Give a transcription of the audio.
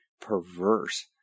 perverse